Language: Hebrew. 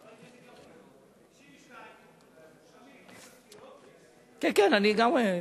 ב-1992 שמיר הקדים את הבחירות והפסיד,